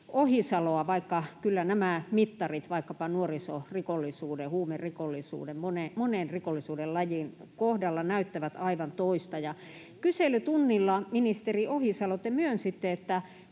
vaikka kyllä nämä mittarit vaikkapa nuorisorikollisuuden tai huumerikollisuuden — monen rikollisuuden lajin — kohdalla näyttävät aivan toista. Ja kyselytunnilla, ministeri Ohisalo, te myönsitte, että